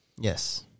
Yes